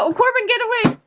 um corbin get away